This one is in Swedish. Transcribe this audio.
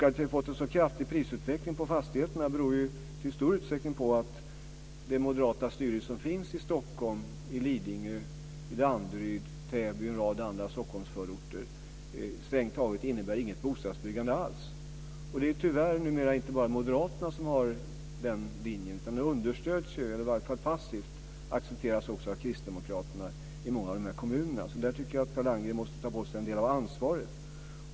Att vi har fått en så kraftig prisutveckling på fastigheterna beror till stor utsträckning på att det moderata styre som finns i Stockholm, i Lidingö, Danderyd, Täby och en rad andra Stockholmsförorter, innebär strängt taget inget bostadsbyggande alls. Det är tyvärr numera inte bara moderaterna som har den linjen, utan den understöds - accepteras passivt - av kristdemokraterna i många av kommunerna. Där måste Per Landgren ta på sig en del av ansvaret.